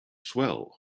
swell